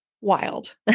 wild